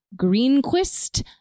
Greenquist